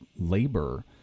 labor